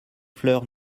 fleurs